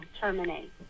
terminate